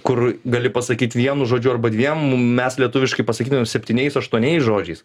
kur gali pasakyt vienu žodžiu arba dviem mes lietuviškai pasakytume septyniais aštuoniais žodžiais